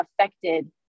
affected